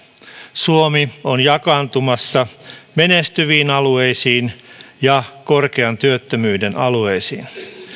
suomi on jakaantumassa menestyviin alueisiin ja korkean työttömyyden alueisiin